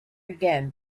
again